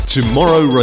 Tomorrow